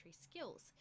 skills